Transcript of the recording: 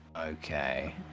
Okay